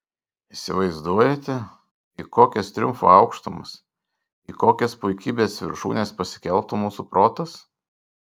įsivaizduojate į kokias triumfo aukštumas į kokias puikybės viršūnes pasikeltų mūsų protas